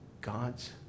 God's